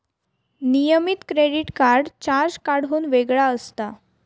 नियमित credit card charge कार्डाहुन वेगळा असता